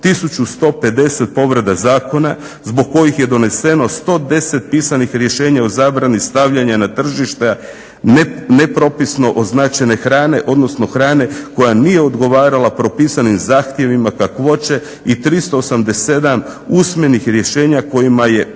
1150 povreda zakona zbog koji je doneseno 110 pisanih rješenja o zabrani stavljanja na tržište nepropisno označene hrane, odnosno hrane koja nije odgovarala propisanim zahtjevima kakvoće i 387 usmenih rješenja kojima je